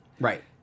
Right